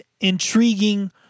intriguing